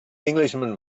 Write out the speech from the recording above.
englishman